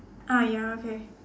ah ya okay